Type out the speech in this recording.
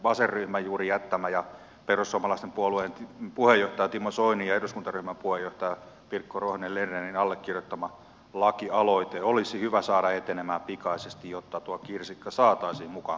vasenryhmän juuri jättämä ja perussuomalaisten puolueen puheenjohtaja timo soinin ja eduskuntaryhmän puheenjohtaja pirkko ruohonen lernerin allekirjoittama lakialoite olisi hyvä saada etenemään pikaisesti jotta tuo kirsikka saataisiin mukaan kakkuun